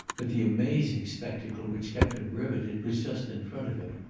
but the amazing spectacle which kept him riveted was just in front of him.